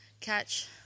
catch